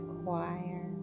choir